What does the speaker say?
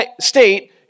state